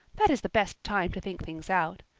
that is the best time to think things out.